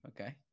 Okay